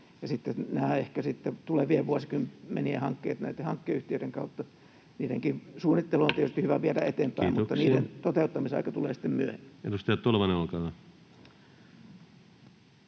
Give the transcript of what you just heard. nämä tulevien vuosikymmenien hankkeet hankeyhtiöiden kautta: niidenkin suunnittelua on tietysti hyvä viedä eteenpäin, mutta niiden toteuttamisaika tulee sitten myöhemmin.